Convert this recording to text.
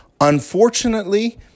unfortunately